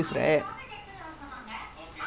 எது நீ பாத்தியா அவ:ethu nee paathiyaa ava Instragram